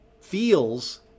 feels